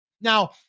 Now